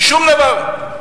שום דבר.